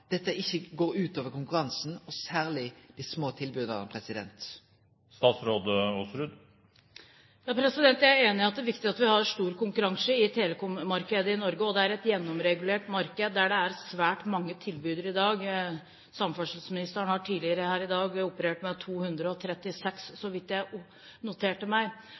dette ikkje går ut over konkurransen, særlig dei små tilbydarane? Jeg er enig i at det er viktig at vi har stor konkurranse i telekommarkedet i Norge. Det er et gjennomregulert marked, der det er svært mange tilbydere i dag. Samferdselsministeren har tidligere her i dag operert med 236 – så vidt jeg noterte meg